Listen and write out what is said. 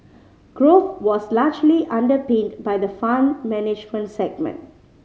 growth was largely underpinned by the Fund Management segment